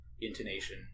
intonation